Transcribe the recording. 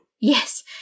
Yes